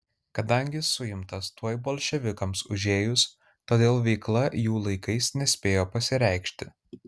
kadangi suimtas tuoj bolševikams užėjus todėl veikla jų laikais nespėjo pasireikšti